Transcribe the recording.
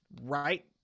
right